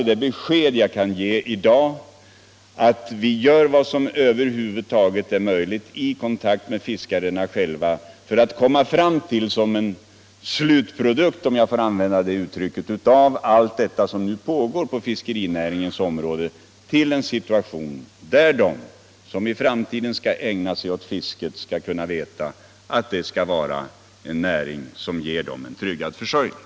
Det besked jag i dag kan ge är alltså att vi tillsammans med fiskarna själva gör vad som över huvud taget är möjligt för att — såsom en slutprodukt av allt som nu pågår på fiskerinäringens område - komma fram till en situation där de som i framtiden skall ägna sig åt fiske skall veta att detta kan ge dem en tryggad försörjning.